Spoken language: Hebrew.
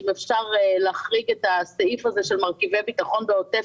אם אפשר להרחיג את הסעיף הזה של מרכיבי ביטחון בעוטף,